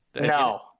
No